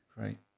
Great